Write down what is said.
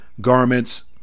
garments